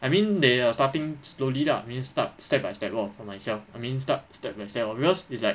I mean they are starting slowly lah means start step by step lor for myself I mean start step myself because it's like